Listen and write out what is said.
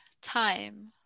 time